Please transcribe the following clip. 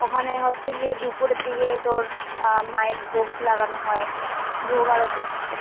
ওখানে হচ্ছে গিয়ে দুপুরের দিকে তোর মায়ের ভোগ লাগানো হয় ভোগ আরতি হয়